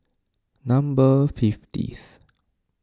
number fiftieth